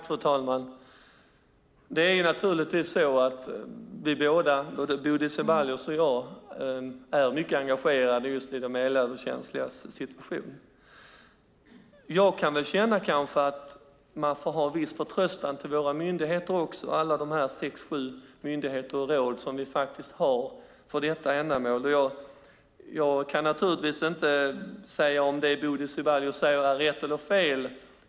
Fru talman! Det är naturligtvis så att både Bodil Ceballos och jag är mycket engagerade i de elöverkänsligas situation. Jag kan väl känna att man också får ha viss förtröstan till de sex sju myndigheter och råd som vi har för detta ändamål. Jag kan naturligtvis inte säga om det Bodil Ceballos säger är rätt eller fel.